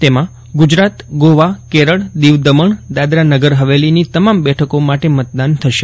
તેમાં ગુજરાત ગોવા કેરળ દીવ દમજ્ઞ દાદરા નગરહવેલીની તમામ બેઠકો માટે મતદાન થશે